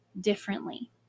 differently